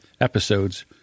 episodes